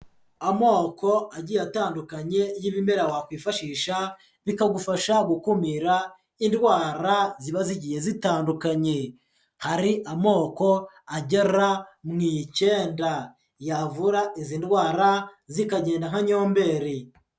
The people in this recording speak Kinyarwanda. Amoko agiye atandukanye y'ibimera wakwifashisha, bikagufasha gukumira indwara ziba zigiye zitandukanye, hari amoko agera mu icyenda, yavura izi ndwara zikagenda nka nyomberi.